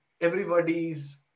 everybody's